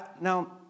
Now